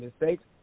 mistakes